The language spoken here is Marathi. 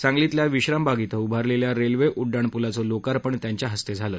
सांगलीतल्या विश्रामबाग इथं उभारलेल्या रेल्वे उड्डाणपुलाचं लोकार्पण त्यांच्या हस्ते झालं